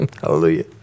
Hallelujah